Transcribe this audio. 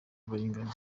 bayingana